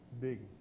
big